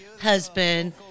husband